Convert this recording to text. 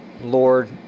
Lord